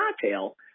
cocktail